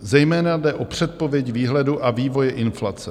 Zejména jde o předpověď výhledu a vývoje inflace.